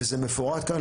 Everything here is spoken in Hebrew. וזה מפורט כאן,